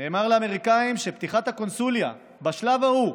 נאמר לאמריקאים שפתיחת הקונסוליה בשלב ההוא,